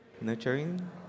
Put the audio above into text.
Nurturing